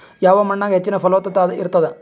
ಯಾವ ಮಣ್ಣಾಗ ಹೆಚ್ಚಿನ ಫಲವತ್ತತ ಇರತ್ತಾದ?